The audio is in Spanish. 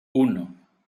uno